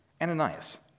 Ananias